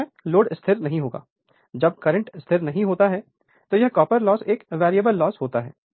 हर समय लोड स्थिर नहीं होता जब करंट स्थिर नहीं होता है तो यह कॉपर लॉस एक वेरिएबल लॉस होता है